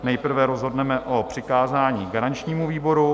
Nejprve rozhodneme o přikázání garančnímu výboru.